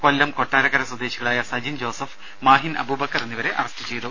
കൊല്ലം കൊട്ടാരക്കര സ്വദേശികളായ സജിൻ ജോസഫ് മാഹിൻ അബൂബക്കർ എന്നിവരെ അറസ്റ്റ് ചെയ്തു